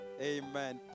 Amen